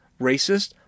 racist